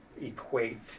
Equate